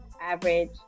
average